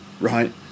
right